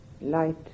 light